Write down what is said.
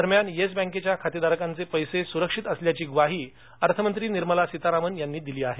दरम्यान येस बँकेच्या खातेधारकांचे पेसे सुरक्षित असल्याची म्वाही अर्थमंत्री निर्मला सीतारामन यांनी दिली आहे